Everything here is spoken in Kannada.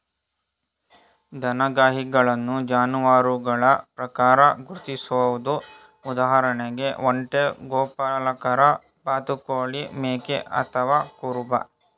ದನಗಾಹಿಗಳನ್ನು ಜಾನುವಾರುಗಳ ಪ್ರಕಾರ ಗುರ್ತಿಸ್ಬೋದು ಉದಾಹರಣೆಗೆ ಒಂಟೆ ಗೋಪಾಲಕ ಬಾತುಕೋಳಿ ಮೇಕೆ ಅಥವಾ ಕುರುಬ